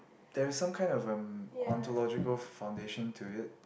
there is some kind of um ontological foundation to it